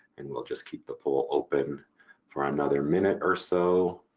and we'll just keep the poll open for another minute or so.